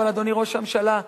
אדוני ראש הממשלה,